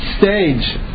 stage